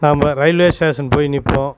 நாம் railway station போய் நிற்போம்